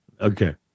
Okay